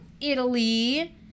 Italy